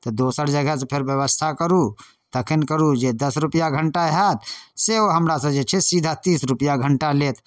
तऽ दोसर जगहसँ फेर बेबस्था करू तखन करू जे दस रुपैआ घण्टा हैत से ओ हमरासँ जे छै सीधा तीस रुपैआ घण्टा लेत